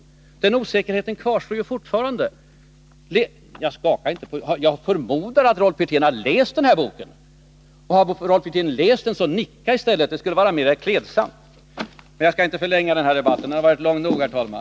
Den osäkerheten kvarstår ju fortfarande. Ja, skaka inte på huvudet! Jag förmodar att Rolf Wirtén har läst 39 sitt eget betänkande. Och har Rolf Wirtén läst det, så nicka i stället! Det skulle vara mera klädsamt. Jag skall emellertid inte förlänga denna debatt. Den har varit lång nog, herr talman.